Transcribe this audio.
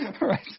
Right